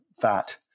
fat